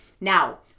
Now